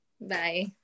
Bye